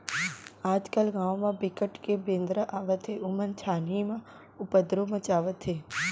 आजकाल गाँव म बिकट के बेंदरा आवत हे ओमन छानही म उपदरो मचावत हे